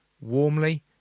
warmly